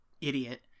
idiot